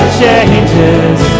changes